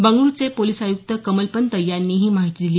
बंगळ्रुचे police आयुक्त कमलपंत यांनी ही माहिती दिली